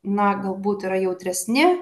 na galbūt yra jautresni